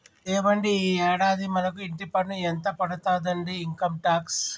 ఏవండి ఈ యాడాది మనకు ఇంటి పన్ను ఎంత పడతాదండి ఇన్కమ్ టాక్స్